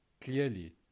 clearly